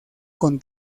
con